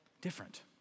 different